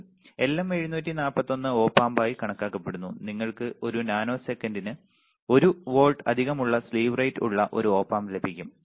വീണ്ടും LM741 op ആമ്പായി കണക്കാക്കപ്പെടുന്നു നിങ്ങൾക്ക് ഒരു നാനോസെക്കന്റിന് 1 വോൾട്ട് അധികമുള്ള സ്ലീവ് റേറ്റ് ഉള്ള ഒരു ഒപ ആമ്പ് ലഭിക്കും